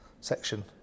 section